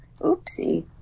Oopsie